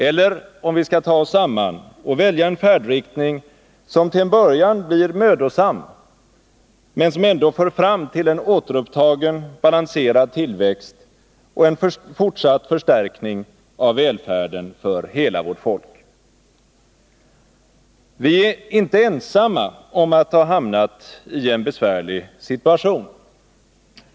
Eller om vi skall ta oss samman och välja en färdriktning som till en början blir mödosam men som ändå för fram till en återupptagen balanserad tillväxt och fortsatt förstärkning av välfärden för hela vårt folk. Vi är inte ensamma om att ha hamnat i en besvärlig situation.